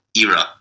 era